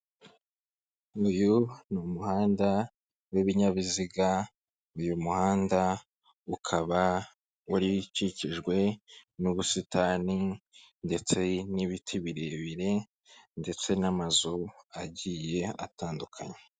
Uyu ni umuhanda w'ibinyabiziga, uyu muhanda ukaba ukikijwe n'ubusitani, ndetse n'ibiti birebire, ndetse n'amazu agiye atandukanye.